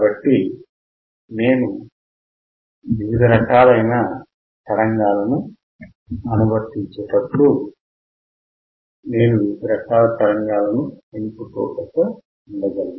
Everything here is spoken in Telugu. కాబట్టినేను వివిధ రకాలైన ఇన్ పుట్ తరంగాలను అనువర్తించేటప్పుడు నేను వివిధ రకాల తరంగాలను ఇన్ పుట్ వద్ద పొందగలను